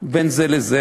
בין זה לזה.